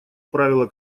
правило